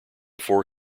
four